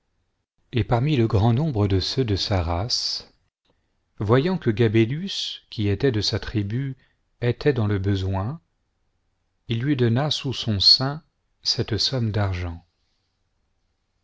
et parmi le grand nombre de ceux de sa race voyant que gabélue qui était de sa tribu était dans le besoin il lui donna sous son seing cette somme d'argent